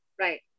right